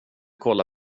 kolla